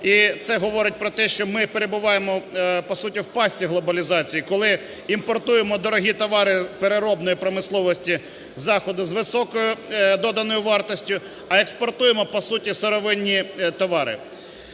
І це говорить про те, що ми перебуваємо, по суті, в пастці глобалізації, коли імпортуємо дорогі товари переробної промисловості Заходу з високою доданою вартістю, а експортуємо, по суті, сировинні товари.